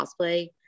cosplay